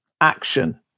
action